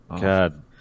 God